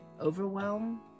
overwhelm